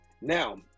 Now